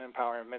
empowerment